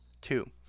Two